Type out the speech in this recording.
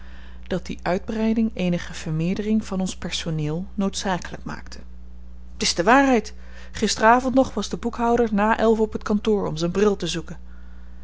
dat die uitbreiding eenige vermeerdering van ons personeel noodzakelyk maakte t is de waarheid gister avend nog was de boekhouder na elven op t kantoor om zyn bril te zoeken